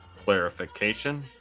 clarification